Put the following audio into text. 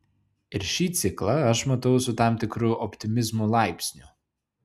ir šį ciklą aš matau su tam tikru optimizmo laipsniu